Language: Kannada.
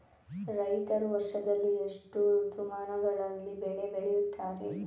ರೈತರು ವರ್ಷದಲ್ಲಿ ಎಷ್ಟು ಋತುಮಾನಗಳಲ್ಲಿ ಬೆಳೆ ಬೆಳೆಯುತ್ತಾರೆ?